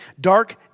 dark